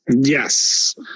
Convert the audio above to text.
Yes